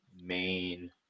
main